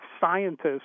scientists